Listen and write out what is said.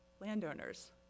Landowners